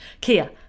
Kia